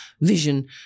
vision